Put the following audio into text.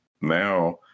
now